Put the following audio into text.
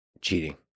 cheating